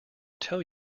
tell